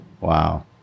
Wow